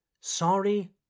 Sorry